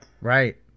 Right